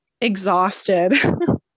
exhausted